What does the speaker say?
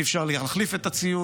אי-אפשר להחליף את הציוד,